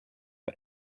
for